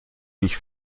nicht